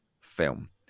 film